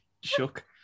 shook